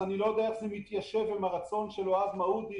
אני לא יודע איך זה מתיישב עם הרצון של אוהד מעודי